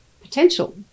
potential